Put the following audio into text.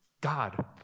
God